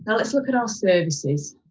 but let's look at our services.